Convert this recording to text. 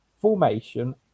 formation